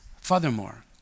Furthermore